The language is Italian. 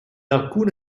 alcune